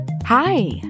Hi